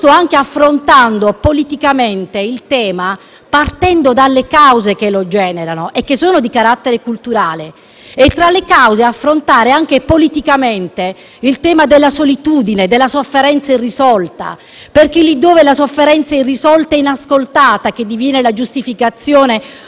partendo dalle cause che lo generano, che sono di carattere culturale. Tra di esse vi è il tema della solitudine e della sofferenza irrisolta, perché laddove la sofferenza è irrisolta e inascoltata essa diviene la giustificazione di una spinta che deborda nel terreno della violenza.